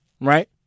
Right